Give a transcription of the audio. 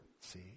see